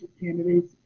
candidates